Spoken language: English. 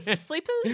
Sleepers